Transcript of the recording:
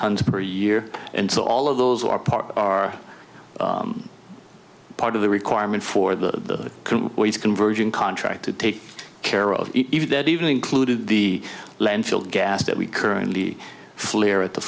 tonnes per year and so all of those are part or part of the requirement for the conversion contract to take care of that even included the landfill gas that we currently fleer at the